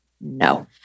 no